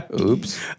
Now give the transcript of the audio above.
Oops